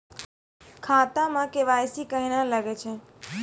खाता मे के.वाई.सी कहिने लगय छै?